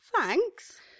Thanks